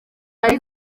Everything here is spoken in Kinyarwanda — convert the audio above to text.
hari